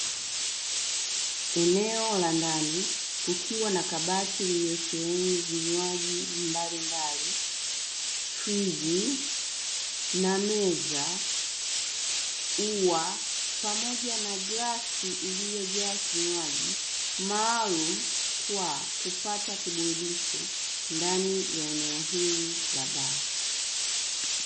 Eneo la ndani kukiwa na kabati lililosheheni vinywaji mbalimbali, friji na meza, ua pamoja na glasi iliyojaa kinywaji maalumu, kwa kupata kiburudisho ndani ya eneo hili la baa.